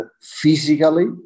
physically